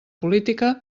política